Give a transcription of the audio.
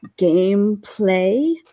gameplay